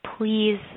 Please